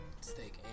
Steak